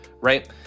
Right